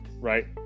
right